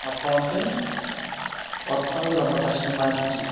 அப்போ வந்து ஒர்க் பண்ணது ரொம்ப கஷ்ட்டமா இருந்துச்சு